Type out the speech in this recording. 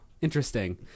interesting